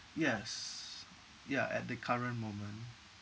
yes ya at the current moment